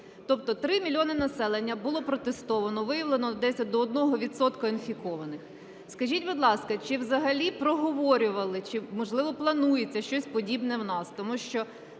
Тобто 3 мільйони населення було протестовано, виявлено десь до одного відсотка інфікованих. Скажіть, будь ласка, чи взагалі проговорювали, чи, можливо, планується щось подібне в нас?